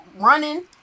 running